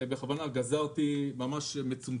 בכוונה גזרתי פרסומות